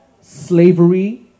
slavery